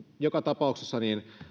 joka tapauksessa